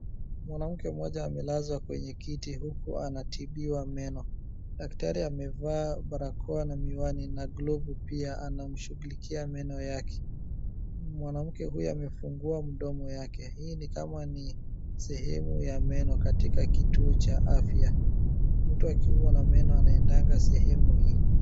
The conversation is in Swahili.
Mwanamke mmoja amelazwa kwenye kiti huku anatibiwa meno. Daktari amevaa barakoa na miwani na glovu pia anamshughulikia meno yake. Mwanamke huyu pia amefungua mdomo yake. Hii ni kama ni sehemu ya meno katika kituo cha afya. Mtu akiumwa na meno anaendanga sehemu hii.